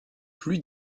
plus